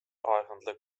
eigentlik